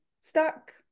stuck